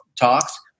talks